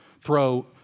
throw